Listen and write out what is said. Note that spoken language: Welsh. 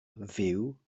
fyw